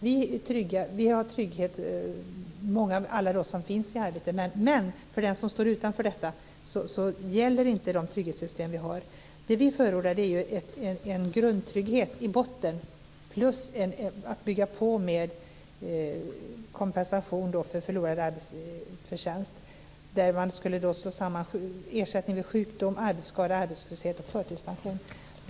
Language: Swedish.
Det finns trygghet för alla dem som finns i arbete. Men för den som står utanför gäller inte de trygghetssystem vi har. Det vi förordar är en grundtrygghet i botten plus en påbyggnad med en kompensation för förlorad arbetsförtjänst. Där skulle man slå samman ersättning vid sjukdom, arbetsskada och arbetslöshet och förtidspension.